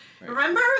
Remember